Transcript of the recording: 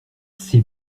ses